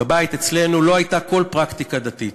בבית אצלנו לא הייתה כל פרקטיקה דתית,